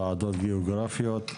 ועדות גיאוגרפיות,